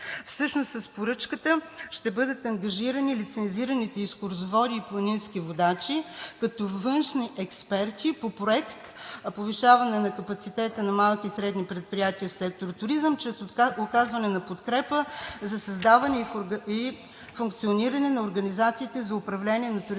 Всъщност с поръчката ще бъдат ангажирани лицензираните екскурзоводи и планински водачи като външни експерти по Проект „Повишаване на капацитета на малки и средни предприятия в сектор „Туризъм“ чрез оказване на подкрепа за създаване и функциониране на организациите за управление на туристическите